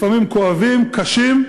לפעמים כואבים, קשים,